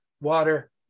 water